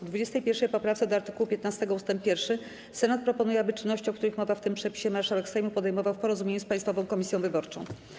W 21. poprawce do art. 15 ust. 1 Senat proponuje, aby czynności, o których mowa w tym przepisie, marszałek Sejmu podejmował w porozumieniu z Państwową Komisją Wyborczą.